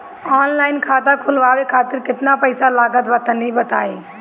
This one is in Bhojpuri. ऑनलाइन खाता खूलवावे खातिर केतना पईसा लागत बा तनि बताईं?